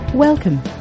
Welcome